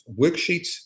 worksheets